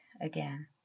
again